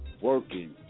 working